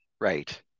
right